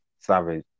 Savage